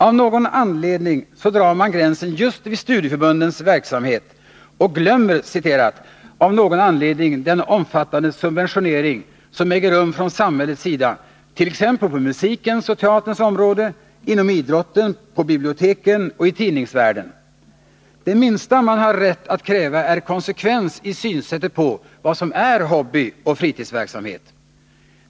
Av någon anledning drar man gränsen just vid studieförbundens verksamhet och ”glömmer” av någon anledning den omfattande subventionering som äger rum från samhällets sida t.ex. på musikens och teaterns område, inom idrotten samt när det gäller biblioteken och tidningsvärlden. Det minsta man har rätt att kräva är konsekvens i synsättet på vad som är hobbyoch fritidsverksamhet.